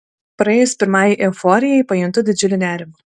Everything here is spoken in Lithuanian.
praėjus pirmajai euforijai pajuntu didžiulį nerimą